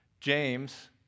James